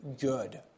good